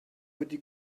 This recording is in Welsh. wedi